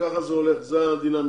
ככה זה הולך, זה הדינמיקה